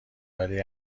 ولی